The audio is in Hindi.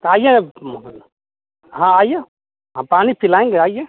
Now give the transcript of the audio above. तो आइए न हाँ आइए हम पानी पिलाएँगे आइए